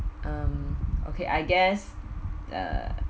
um okay I guess err